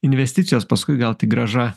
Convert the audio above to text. investicijos paskui gal tik grąža